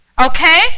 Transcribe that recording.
Okay